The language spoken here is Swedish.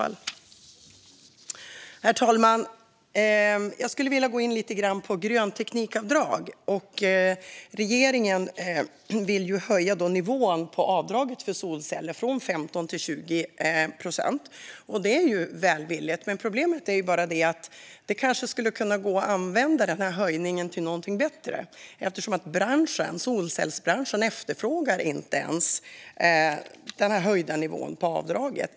Herr talman! Jag skulle vilja gå in lite grann på avdrag för grön teknik. Regeringen vill höja nivån på avdraget för solceller från 15 till 20 procent, och det är ju välvilligt. Problemet är bara att det kanske skulle kunna gå att använda den här höjningen till något bättre eftersom branschen, solcellsbranschen, inte ens efterfrågar den här höjda nivån på avdraget.